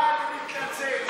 אני מתנצל.